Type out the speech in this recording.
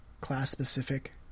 class-specific